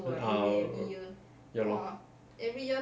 mm ah ya lor